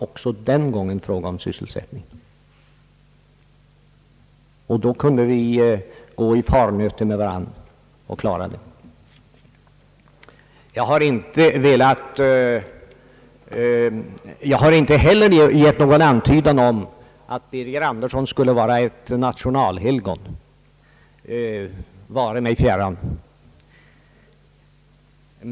Också den gången gällde det sysselsättningen, och då kunde vi gå i farnöte med varandra och klara upp problemen. Någon antydan om att herr Birger Andersson skulle vara ett nationalhelgon har jag inte heller gjort. Detta vare mig fjärran.